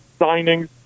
signings